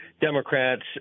Democrats